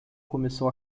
começou